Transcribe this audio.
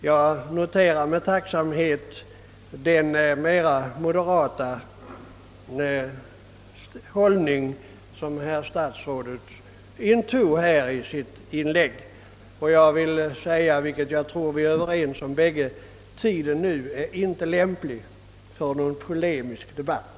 Jag noterar med tacksamhet den mera moderata hållning som statsrådet intog i sitt anförande. Jag tror att vi båda är överens om att tiden inte är lämplig för någon polemisk debatt.